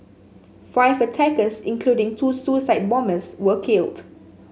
five attackers including two suicide bombers were killed